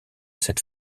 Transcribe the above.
cette